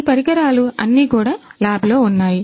ఈ పరికరాలు అన్నీ కూడా ల్యాబ్ లో ఉన్నాయి